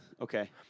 okay